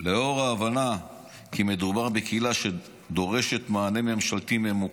לאור ההבנה כי מדובר בקהילה שדורשת מענה ממשלתי ממוקד,